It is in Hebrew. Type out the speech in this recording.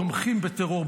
תומכים בטרור,